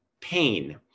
pain